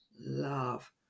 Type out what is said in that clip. love